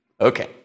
Okay